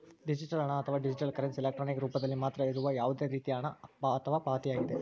digital ಹಣ, ಅಥವಾ digital currency, electronic ರೂಪದಲ್ಲಿ ಮಾತ್ರ ಇರುವ ಯಾವುದೇ ರೇತಿಯ ಹಣ ಅಥವಾ ಪಾವತಿಯಾಗಿದೆ